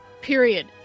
period